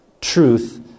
truth